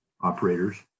operators